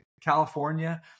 California